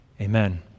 amen